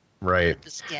Right